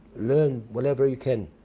learn whatever you can.